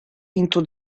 into